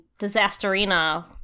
Disasterina